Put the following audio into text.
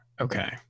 Okay